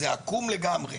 זה עקום לגמרי.